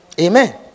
Amen